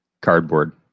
Cardboard